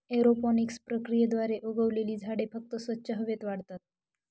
aeroponics प्रक्रियेद्वारे उगवलेली झाडे फक्त स्वच्छ हवेत वाढतात